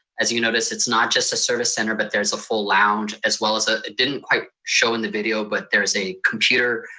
as you notice, it's not just a service center, but there's a full lounge as well as ah it didn't quite show in the video, but there's a computer,